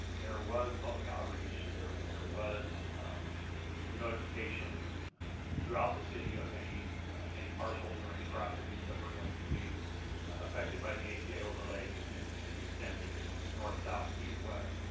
there was public outreach. there there was notification throughout the city of any any parcels or any properties that were going to be affected by the aci overlay. and it's extensive. it's north, south, east, west.